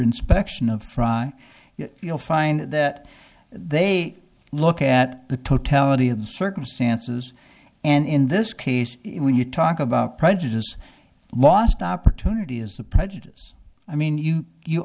inspection of fry you'll find that they look at the totality of the circumstances and in this case when you talk about prejudice lost opportunity as a prejudice i mean you you